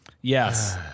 yes